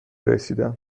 رسیدم